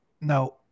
now